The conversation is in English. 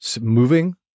moving